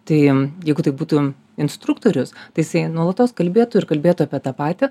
tai jeigu tai būtų instruktorius tai jisai nuolatos kalbėtų ir kalbėtų apie tą patį